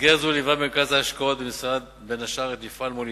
במסגרת זו ליווה מרכז ההשקעות במשרד בין השאר את מפעל "מוליתן",